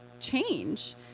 change